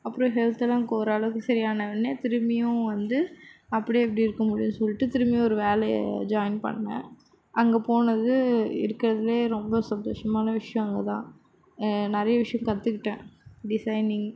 அப்புறம் ஹெல்த்தெலாம் ஓரளவுக்கு சரியான உடனே திரும்பியும் வந்து அப்படியே எப்படி இருக்க முடியும் சொல்லிட்டு திரும்பியும் ஒரு வேலையை ஜாயின் பண்ணேன் அங்கே போனது இருக்கிறதுலையே ரொம்ப சந்தோஷமான விஷயம் அங்கே தான் நிறைய விஷயம் கற்றுக்கிட்டேன் டிசைனிங்